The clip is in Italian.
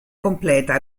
completa